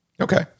Okay